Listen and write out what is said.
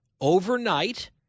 overnight